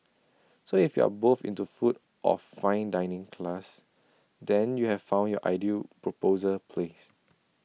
so if you are both into food of fine dining class then you have found your ideal proposal place